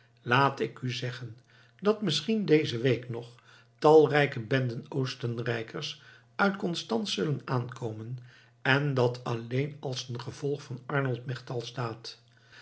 laat ik u zeggen dat misschien deze week nog talrijke benden oostenrijkers uit constanz zullen aankomen en dat alleen als een gevolg van arnold melchtal's daad